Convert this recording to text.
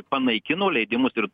panaikino leidimus ir